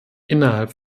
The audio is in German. innerhalb